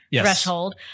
threshold